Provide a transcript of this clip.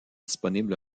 disponible